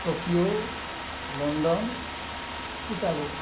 Tokyo London Chicago